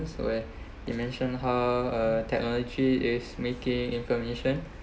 so ya you mention how uh technology is making information